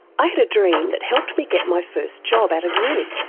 i had a dream that helped me get my first job out of uni!